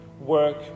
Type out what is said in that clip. work